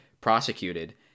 prosecuted